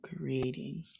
creating